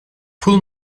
pull